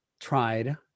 tried